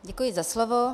Děkuji za slovo.